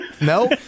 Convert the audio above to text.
no